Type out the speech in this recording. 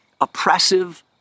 oppressive